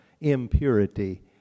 impurity